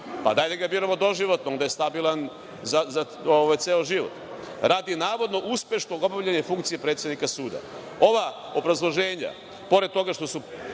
onda da ga biramo doživotno, biće stabilan za ceo život, radi, navodno, uspešnog obavljanja funkcije predsednika suda. Ova obrazloženja, pored toga što su